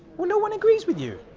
well no one agrees with you!